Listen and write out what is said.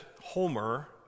Homer